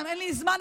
אין לי זמן,